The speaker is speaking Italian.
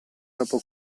dopo